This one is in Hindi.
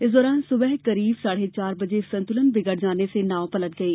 इस दौरान सुबह करीब साढे चार बजे संतुलन बिगड़ जाने से नाव पलट गई